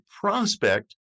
prospect